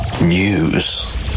News